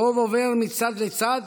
הרוב עובר מצד לצד.